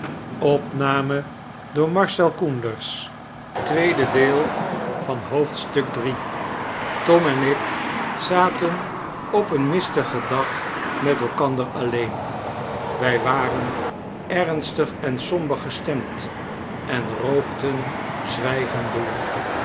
tom en ik zaten op een mistigen dag met elkander alleen wij waren ernstig en somber gestemd en rookten zwijgend door